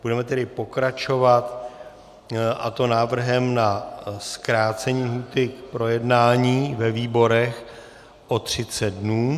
Budeme tedy pokračovat, a to návrhem na zkrácení lhůty k projednání ve výborech o 30 dnů.